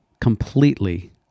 completely